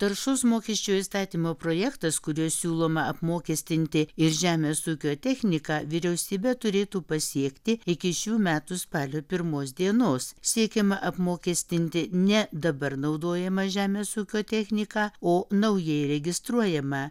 taršos mokesčio įstatymo projektas kuriuo siūloma apmokestinti ir žemės ūkio techniką vyriausybę turėtų pasiekti iki šių metų spalio pirmos dienos siekiama apmokestinti ne dabar naudojamą žemės ūkio techniką o naujai registruojamą